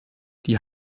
die